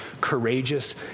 courageous